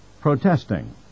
protesting